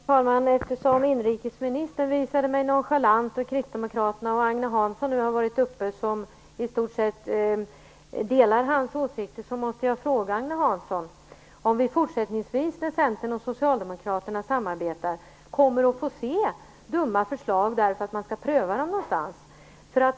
Fru talman! Eftersom inrikesministern visade mig och kristdemokraterna nonchalans och Agne Hansson, som i stort sett delar hans åsikter, nu har varit uppe i talarstolen måste jag fråga Agne Hansson om vi fortsättningsvis när Centern och Socialdemokraterna samarbetar kommer att få se dumma förslag därför att man skall pröva dem någonstans.